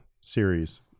series